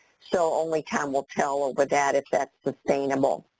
so only time will tell over that if that's sustainable.